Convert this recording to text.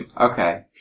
Okay